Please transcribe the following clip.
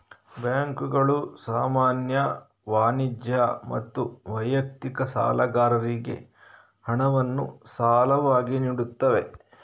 ಬ್ಯಾಂಕುಗಳು ಸಾಮಾನ್ಯ, ವಾಣಿಜ್ಯ ಮತ್ತು ವೈಯಕ್ತಿಕ ಸಾಲಗಾರರಿಗೆ ಹಣವನ್ನು ಸಾಲವಾಗಿ ನೀಡುತ್ತವೆ